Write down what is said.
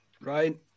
Right